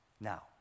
Now